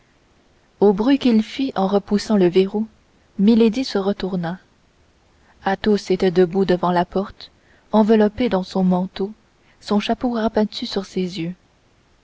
au bruit qu'il fit en repoussant le verrou milady se retourna athos était debout devant la porte enveloppé dans son manteau son chapeau rabattu sur ses yeux